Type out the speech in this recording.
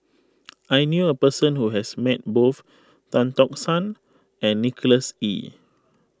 I knew a person who has met both Tan Tock San and Nicholas Ee